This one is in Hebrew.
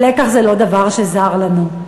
ולקח זה לא דבר שזר לנו.